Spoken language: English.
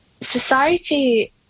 society